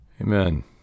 Amen